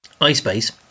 iSpace